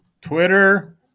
Twitter